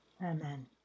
Amen